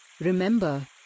Remember